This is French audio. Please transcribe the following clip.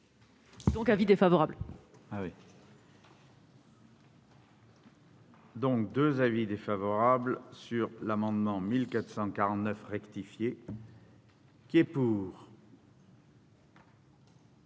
donc un avis défavorable.